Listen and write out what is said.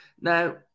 Now